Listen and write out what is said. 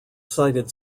cited